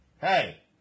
Hey